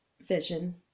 vision